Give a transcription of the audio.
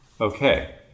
okay